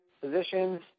positions